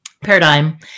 paradigm